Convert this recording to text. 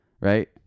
Right